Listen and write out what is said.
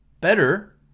better